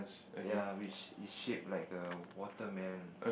ya which is shape like a watermelon